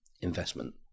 investment